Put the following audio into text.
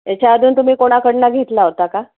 याच्या अजून तुम्ही कोणाकडंन घेतला होता का